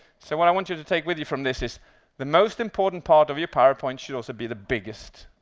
so, what i want you to take with you from this is the most important part of your powerpoint should also be the biggest,